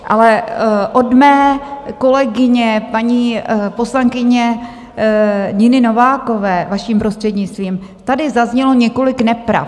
Ale od mé kolegyně, paní poslankyně Niny Novákové, vaším prostřednictvím, tady zaznělo několik nepravd.